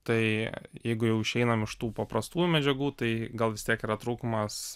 tai jeigu jau išeinam iš tų paprastų medžiagų tai gal vis tiek yra trūkumas